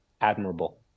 admirable